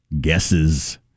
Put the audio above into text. guesses